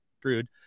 screwed